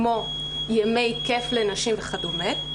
כמו ימי כיף לנשים וכדומה,